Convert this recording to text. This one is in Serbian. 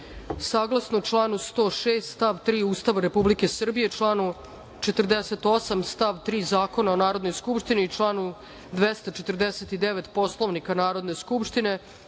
saglasno članu 106. stav 3. Ustava Republike Srbije, članu 48. stav 3. Zakona o Narodnoj skupštini i članu 249. Poslovnika Narodne skupštine,